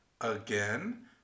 Again